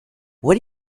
what